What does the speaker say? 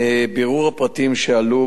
מבירור הפרטים שעלו,